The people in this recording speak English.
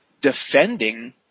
defending